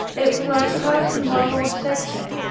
it was like hers whom our lord said to,